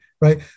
right